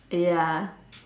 ya